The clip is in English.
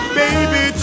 baby